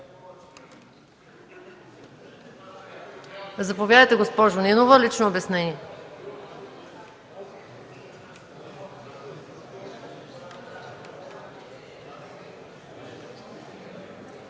Заповядайте, госпожо Нинова – лично обяснение.